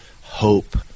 hope